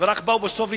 ורק באו בסוף להתנגד.